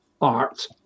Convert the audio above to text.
art